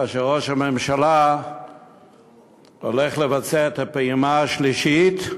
כאשר ראש הממשלה הולך לבצע את הפעימה השלישית,